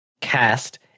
cast